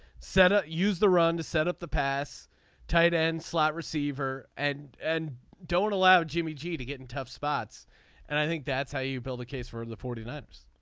setup. use the run to set up the pass tight end slot receiver end and don't allow jimmy g to get in tough spots and i think that's how you build a case for the forty nine ers.